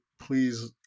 please